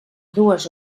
dues